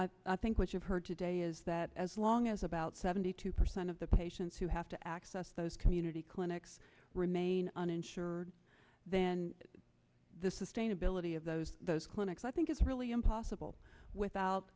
know i think what you've heard today is that as long as about seventy two percent of the patients who have to access those community clinics remain uninsured then the sustainability of those those clinics i think it's really impossible without